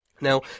Now